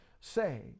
say